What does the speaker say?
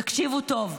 תקשיבו טוב,